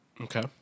Okay